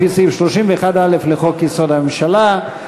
לפי סעיף 31(א) לחוק-יסוד: הממשלה,